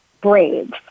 brave